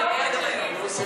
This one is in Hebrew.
אבל זה קיים גם היום.